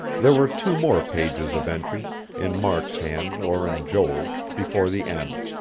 there were two more pages of entries, in mark's hand or in joel's, before the end.